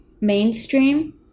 mainstream